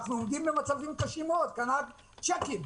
אנחנו עומדים במצבים קשים מאוד, כנ"ל צ'קים.